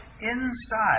inside